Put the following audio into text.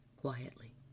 quietly